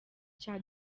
cya